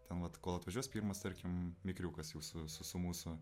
ten vat kol atvažiuos pirmas tarkim mikriukas jau su su su mūsų